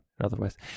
otherwise